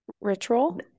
ritual